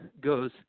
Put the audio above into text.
goes